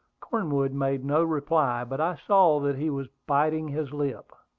cornwood made no reply but i saw that he was biting his lip.